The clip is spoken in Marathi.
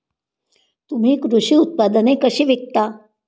तुम्ही कृषी उत्पादने कशी विकता?